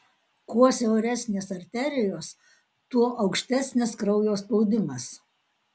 kuo siauresnės arterijos tuo aukštesnis kraujo spaudimas